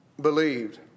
believed